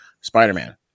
Spider-Man